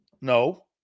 No